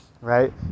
right